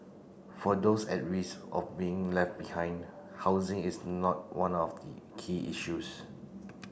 for those at risk of being left behind housing is not one of the key issues